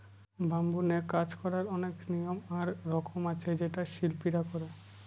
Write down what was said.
bamboo নিয়ে কাজ করার অনেক নিয়ম আর রকম আছে যেটা শিল্পীরা করে